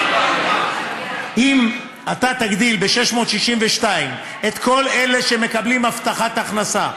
אם אתה תגדיל ב-662 את כל אלה שמקבלים הבטחת הכנסה,